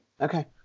Okay